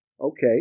okay